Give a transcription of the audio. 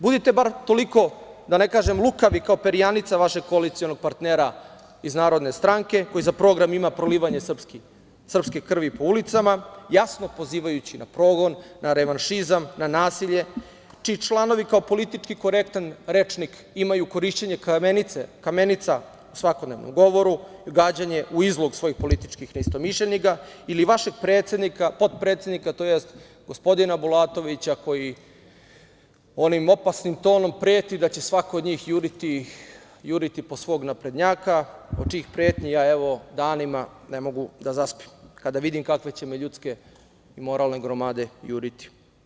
Budite bar toliko, da ne kažem lukavi, kao perjanica vašeg koalicionog partnera iz Narodne stranke, koji za program ima prolivanje srpske krvi po ulicama, jasno pozivajući na progon, na revanšizam, na nasilje, čiji članovi kao politički korektan rečnik imaju korišćenje kamenica u svakodnevnom govoru, gađanje u izlog svojih političkih neistomišljenika ili vašeg predsednika, potpredsednika, tj. gospodina Bulatovića, koji onim opasnim tonom preti da će svako od njih juriti po svog naprednjaka, od čijih pretnji ja, evo, danima ne mogu da zaspim, kada vidim kakve će me ljudske i moralne gromade juriti.